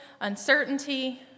uncertainty